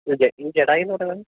ഈ ജടായു എന്ന് പറയുന്നത്